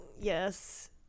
Yes